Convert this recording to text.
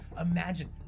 imagine